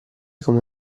come